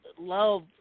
love